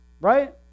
right